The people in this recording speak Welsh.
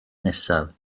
nesaf